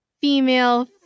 female